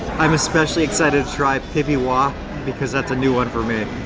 i'm especially excited to try pibihua because that's a new one for me.